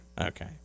Okay